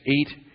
eight